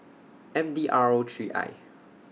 M D R O three I